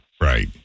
Right